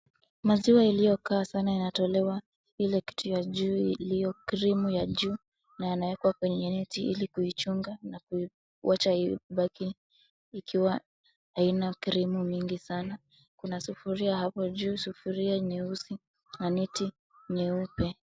Maziwa iliyokaa sana inatolewa ile kitu ya juu iliyo cream ya juu na inawekwa kwenye neti ili kuichunga na kuiwacha ibaki ikiwa haina cream mingi sana, kuna sufuria hapo juu, sufuria nyeusi na neti nyeupe.